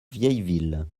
vieilleville